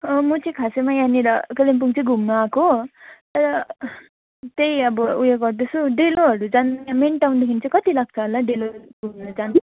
म चाहिँ खासमा यहाँनिर कालिम्पोङ चाहिँ घुम्नु आएको तर त्यही अब उयो गर्दैछु डेलोहरू जानु मेन टाउनदेखि चाहिँ कति लाग्छ होला डेलो घुम्नु लागि